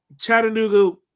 Chattanooga